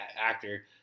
actor